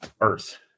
Earth